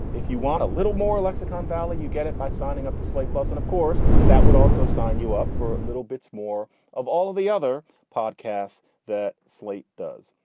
if you want a little more lexicon valley, you get it by signing up for slate plus. and of course, that would also sign you up for little bits, more of all the other podcasts that slate does.